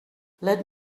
let